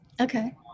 okay